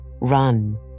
run